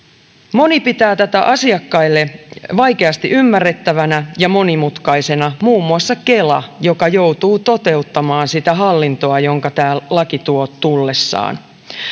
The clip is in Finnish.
moni pitää tätä asiakkaille vaikeasti ymmärrettävänä ja monimutkaisena muun muassa kela joka joutuu toteuttamaan sitä hallintoa jonka tämä laki tuo tullessaan